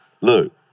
Look